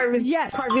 yes